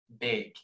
big